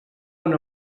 una